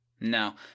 No